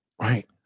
right